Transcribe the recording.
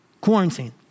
quarantine